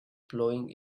plowing